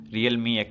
Realme